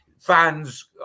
Fans